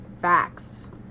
facts